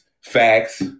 facts